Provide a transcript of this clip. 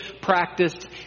practiced